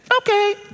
Okay